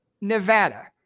Nevada